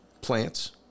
plants